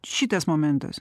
šitas momentas